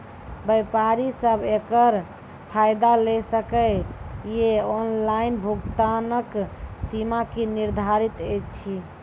व्यापारी सब एकरऽ फायदा ले सकै ये? ऑनलाइन भुगतानक सीमा की निर्धारित ऐछि?